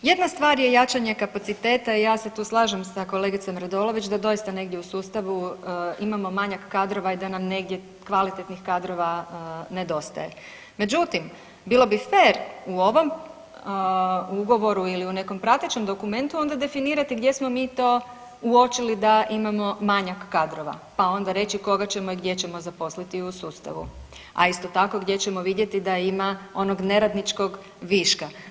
Jedna stvar je jačanje kapaciteta i ja se tu slažem sa kolegicom Radolović da doista negdje u sustavu imamo manjak kadrova i da nam negdje kvalitetnih kadrova nedostaje, međutim bilo bi fer u ovom ugovoru ili nekom pratećem dokumentu onda definirati gdje smo mi to uočili da imamo manjak kadrova pa onda reći koga ćemo i gdje ćemo zaposliti u sustavu, a isto tako gdje ćemo vidjeti onog neradničkog viška.